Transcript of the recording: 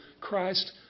Christ